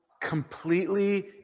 completely